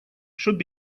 should